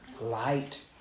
light